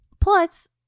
Plus